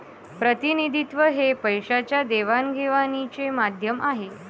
प्रतिनिधित्व हे पैशाच्या देवाणघेवाणीचे माध्यम आहे